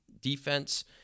defense